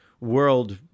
world